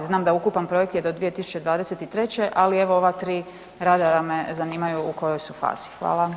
Znam da ukupan projekt je do 2023.g. ali evo ova tri radara me zanimaju u kojoj su fazi.